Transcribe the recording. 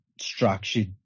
structured